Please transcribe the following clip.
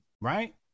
right